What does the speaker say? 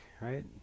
right